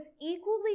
equally